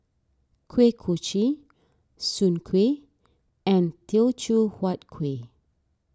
Kuih Kochi Soon Kuih and Teochew Huat Kueh